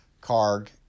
Karg